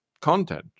content